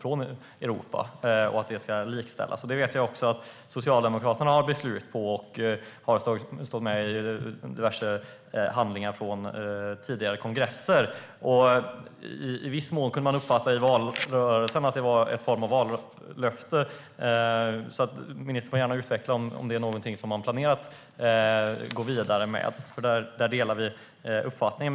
Jag vet att Socialdemokraterna också har ett beslut om det, och det står med i diverse handlingar från tidigare kongresser. I valrörelsen kunde man dessutom uppfatta det som en form av vallöfte. Ministern får gärna utveckla om det är något man planerar att gå vidare med. Här delar vi uppfattning.